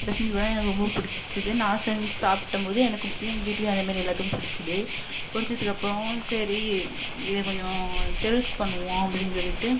செஞ்சு போனால் எனக்கு ரொம்ப பிடுச்சிது நான் செஞ்சு சாப்பிட்டம்போது எனக்கு பிடுச்சிது எங்கள் வீட்லேயும் அதேமாதிரி எல்லாத்துக்கும் பிடுச்சிது பிடுச்சதுக்கப்பறம் சரி இதை கொஞ்சம் சேல்ஸ் பண்ணுவோம் அப்படின் சொல்லிவிட்டு